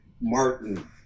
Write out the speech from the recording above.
martin